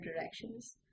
directions